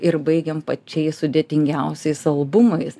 ir baigėm pačiais sudėtingiausiais albumais